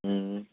હા